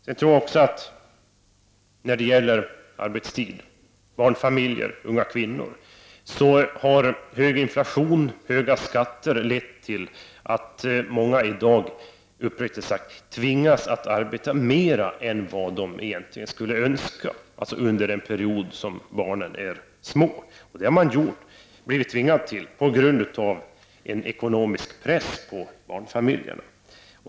När det gäller frågan om barnfamiljer, arbetstid och unga kvinnor har hög inflation och höga skatter lett till att många i dag tvingas att arbeta mer än vad de egentligen skulle önska under den period som barnen är små. Det har man blivit tvingad till på grund av en ekonomisk press gentemot barnfamiljerna.